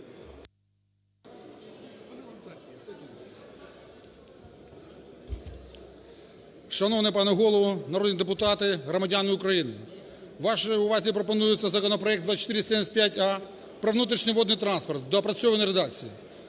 Шановний пане Голово! Народні депутати! Громадяни України! Вашій увазі пропонується законопроект 2475а про внутрішній водний транспорт в доопрацьованій редакції.